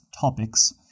topics